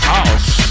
House